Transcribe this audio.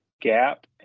gap